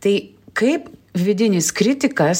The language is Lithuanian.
tai kaip vidinis kritikas